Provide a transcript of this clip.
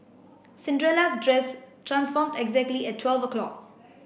Cinderella's dress transformed exactly at twelve o'clock